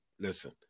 listen